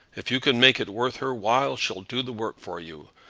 if you can make it worth her while, she'll do the work for you.